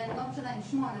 ולא משנה אם הוא בן שמונה,